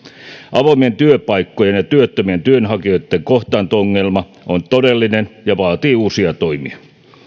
avoimien työpaikkojen ja työttömien työnhakijoitten kohtaanto ongelma on todellinen ja vaatii uusia toimia